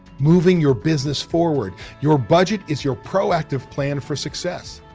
moving your business forward. your budget is your proactive plan for success.